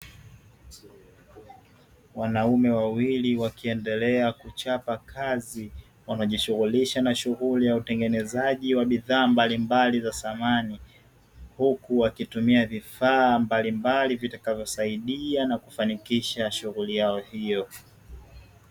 Wanaume wawili wakiendelea kuchapa kazi wanajihusisha na shughuli ya utengenezaji wa bidhaa mbalimbali za samani, huku wakitumia vifaa vitakavyosaidia na kufanikisha shughuli yao hiyo.